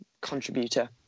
contributor